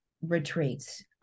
retreats